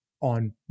on